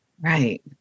Right